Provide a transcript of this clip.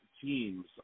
teams